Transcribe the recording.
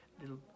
little